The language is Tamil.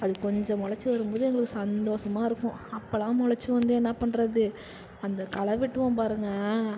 அது கொஞ்ச முளச்சு வரும்போது எங்களுக்கு சந்தோஸமாக இருக்கும் அப்போலாம் முளச்சு வந்து என்ன பண்ணுறது அந்த களை வெட்டுவோம் பாருங்கள்